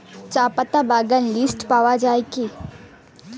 চাপাতা বাগান লিস্টে পাওয়া যায় কি?